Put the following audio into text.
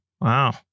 wow